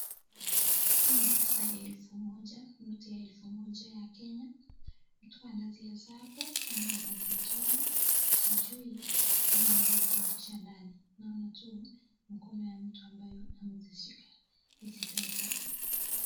Hii ni pesa ya elfu moja, noti ya elfu moja ya Kenya, mtu anazihesabu ama anazitoa, sijui ama anazirudisha ndani. Naona tu mkono ya mtu ambayo amezishika hizi pesa.